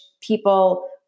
people